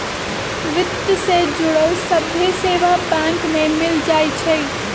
वित्त से जुड़ल सभ्भे सेवा बैंक में मिल जाई छई